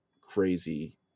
crazy